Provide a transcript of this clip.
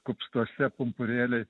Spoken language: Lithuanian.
kupstuose pumpurėliai